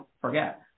forget